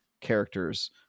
characters